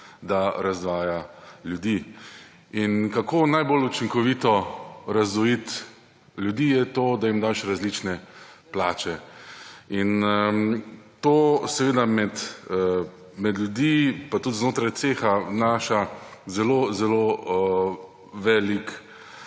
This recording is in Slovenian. da razdvaja ljudi. In kako najbolj učinkovito razdvojiti ljudi, je to, da jim daš različne plače. In to seveda med ljudi, pa tudi znotraj ceha, vnaša zelo, zelo velik